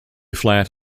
flat